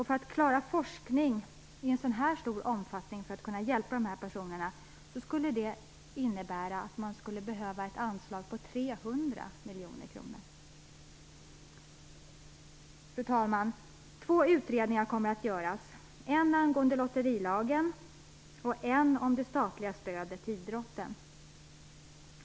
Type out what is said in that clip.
För att klara forskning i tillräcklig omfattning för att kunna hjälpa de drabbade personerna skulle ett anslag på 300 miljoner kronor behövas. Fru talman! Två utredningar kommer att göras - en angående lotterilagen och en angående det statliga stödet till idrotten.